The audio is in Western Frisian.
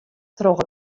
troch